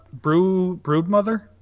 Broodmother